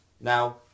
Now